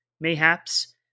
mayhaps